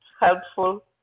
helpful